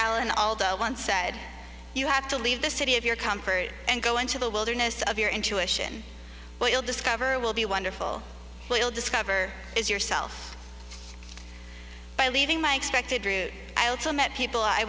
alan although once said you have to leave the city of your comfort and go into the wilderness of your intuition what you'll discover will be wonderful will discover is yourself by leaving my expected route i also met people i